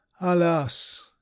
alas